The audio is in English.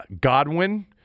Godwin